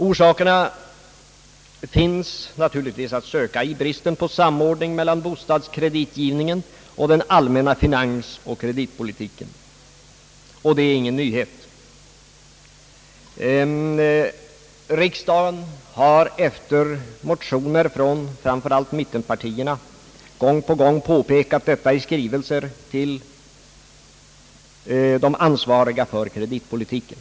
Orsakerna finns naturligtvis att söka i bristen på samordning mellan bostadskreditgivningen och den allmänna finansoch kreditpolitiken, och det är ingen nyhet. Riksdagen har efter motioner från framför allt mittenpartierna gång på gång påpekat detta i skrivelser till de ansvariga för kreditpolitiken.